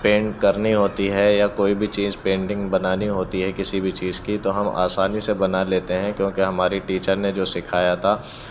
pant کرنی ہوتی ہے یا کوئی بھی چیز پینٹنگ بنانی ہوتی ہے کسی بھی چیز کی تو ہم آسانی سے بنا لیتے ہیں کیوں کہ ہماری ٹیچر نے جو سکھایا تھا